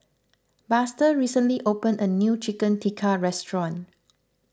Buster recently opened a new Chicken Tikka restaurant